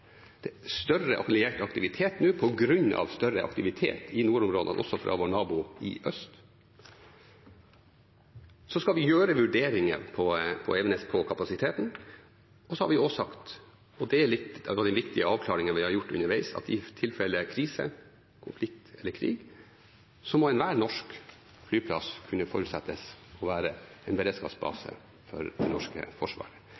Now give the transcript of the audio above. større alliert aktivitet nå på grunn av større aktivitet i nordområdene også fra vår nabo i øst. Så skal vi gjøre vurderinger når det gjelder kapasiteten på Evenes, og så har vi også sagt – og det er en av de viktige avklaringene vi har gjort underveis – at i tilfelle krise og i tilfelle krig må enhver norsk flyplass kunne forutsettes å være en beredskapsbase for det norske forsvaret.